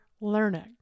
learning